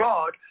God